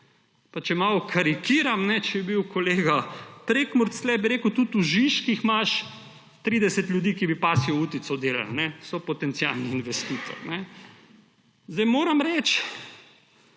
Pa če malo karikiram, če bi bil kolega Prekmurec tu, bi rekel, tudi v Žižkih imaš 30 ljudi, ki bi pasjo utico delali, so potencialni investitorji. Moram reči,